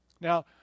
Now